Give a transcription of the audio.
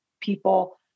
people